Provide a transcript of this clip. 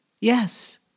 Yes